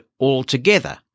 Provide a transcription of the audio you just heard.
altogether